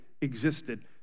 existed